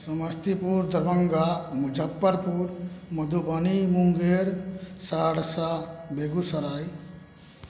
Samastipur Darbhanga Muzaffarpur Madhubani Munger Saharsa Begusarai